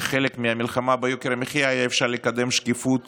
כחלק מהמלחמה ביוקר המחיה היה אפשר לקדם שקיפות